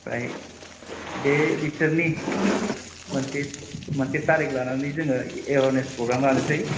ओमफ्राय बे बिसोरनि मोनसे तारिख लानानै जोङो एवारनेस प्रग्राम लानोसै